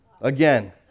again